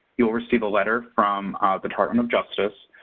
you'll receive a letter from the department of justice,